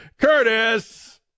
Curtis